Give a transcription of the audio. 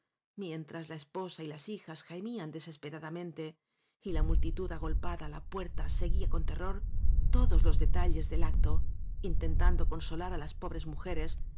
mientras la esposa y las hijas gemían desesperadamente y la multitud agolpada á la puerta seguía con terror todos los detalles del acto intentando consolar á las pobres mujeres